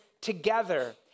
together